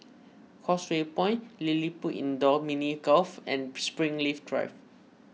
Causeway Point LilliPutt Indoor Mini Golf and Springleaf Drive